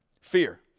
Fear